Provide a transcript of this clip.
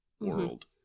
world